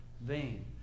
vain